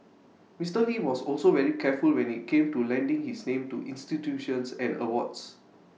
Mister lee was also very careful when IT came to lending his name to institutions and awards